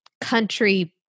country